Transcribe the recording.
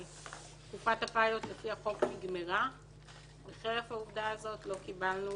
תקופת הפיילוט לפי החוק נגמרה וחרף העובדה הזאת לא קיבלנו